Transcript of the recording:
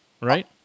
Right